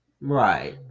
right